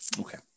Okay